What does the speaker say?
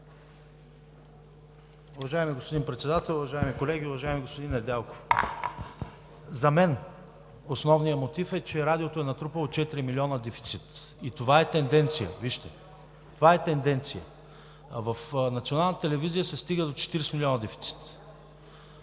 Уважаеми господин Председател, уважаеми колеги, уважаеми господин Недялков! За мен основният мотив е, че Радиото е натрупало четири милиона дефицит и това е тенденция. Това е тенденция! В Националната телевизия се стига до 40 милиона дефицит.